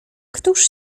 któż